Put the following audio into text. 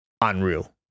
Unreal